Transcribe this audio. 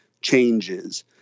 changes